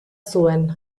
zuen